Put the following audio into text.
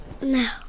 No